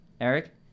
Eric